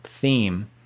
theme